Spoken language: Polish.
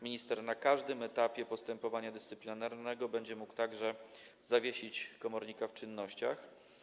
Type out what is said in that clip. Minister na każdym etapie postępowania dyscyplinarnego będzie mógł także zawiesić komornika w czynnościach.